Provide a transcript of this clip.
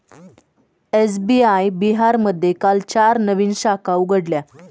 SBI बिहारमध्ये काल चार नवीन शाखा उघडल्या